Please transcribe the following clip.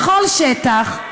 בכל שטח,